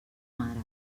mare